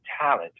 talent